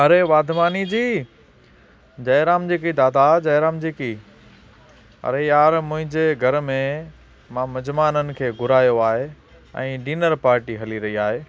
अरे वाध वानी जी जय राम जी की दादा जय राम जी की अरे यार मुंहिंजे घर में मां मिजिमाननि खे घुरायो आहे ऐं डिनर पार्टी हली रही आहे